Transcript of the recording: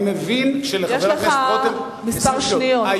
אני מבין שלחבר הכנסת רותם, יש לך כמה שניות.